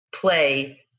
play